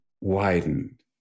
widened